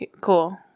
cool